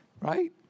right